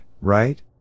right